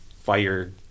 fire